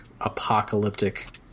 apocalyptic